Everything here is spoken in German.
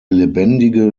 lebendige